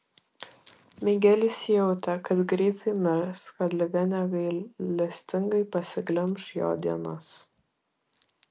migelis jautė kad greitai mirs kad liga negailestingai pasiglemš jo dienas